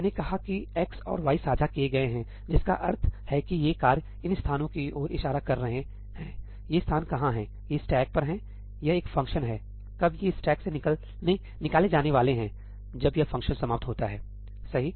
मैंने कहा है कि x और y साझा किए गए हैं जिसका अर्थ है कि ये कार्य इन स्थानों की ओर इशारा कर रहे हैंये ये स्थान कहाँ हैं ये स्टैक पर हैं यह एक फ़ंक्शन है कब ये स्टैक से निकाले जाने वाले हैं जब यह फ़ंक्शन समाप्त होता है सही